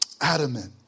adamant